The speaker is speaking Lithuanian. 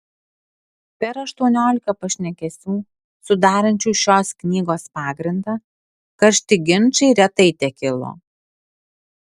per aštuoniolika pašnekesių sudarančių šios knygos pagrindą karšti ginčai retai tekilo